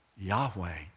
Yahweh